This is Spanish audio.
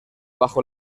bajo